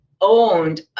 owned